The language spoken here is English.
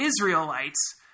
Israelites